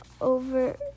over